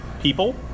people